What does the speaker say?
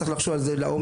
צריך לחשוב על זה לעומק.